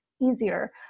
easier